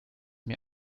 mir